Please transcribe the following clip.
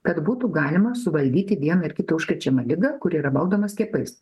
kad būtų galima suvaldyti vieną ar kita užkrečiamą ligą kuri yra valdoma skiepais